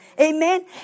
Amen